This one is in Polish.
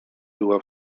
była